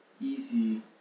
easy